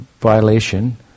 violation